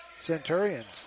Centurions